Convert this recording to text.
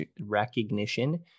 recognition